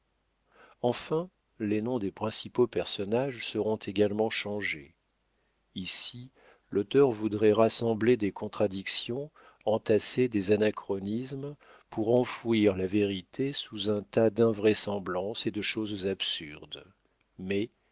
enfin les noms des principaux personnages seront également changés ici l'auteur voudrait rassembler des contradictions entasser des anachronismes pour enfouir la vérité sous un tas d'invraisemblances et de choses absurdes mais